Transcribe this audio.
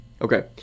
Okay